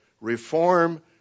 reform